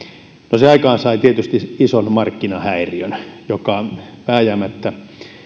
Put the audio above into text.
no se aikaansai tietysti ison markkinahäiriön joka vääjäämättä